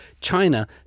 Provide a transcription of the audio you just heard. China